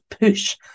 push